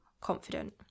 confident